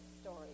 story